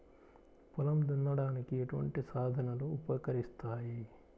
పొలం దున్నడానికి ఎటువంటి సాధనలు ఉపకరిస్తాయి?